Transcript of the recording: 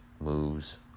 moves